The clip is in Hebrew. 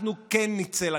אנחנו כן נצא לכיכרות,